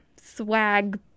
swag